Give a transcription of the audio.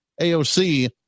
AOC